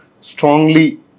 strongly